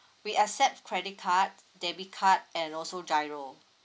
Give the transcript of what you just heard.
we accept credit card debit card and also giro